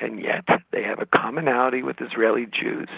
and yet they have a commonality with israeli jews